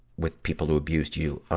with people who abused you?